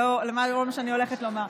לאור מה שאני הולכת לומר.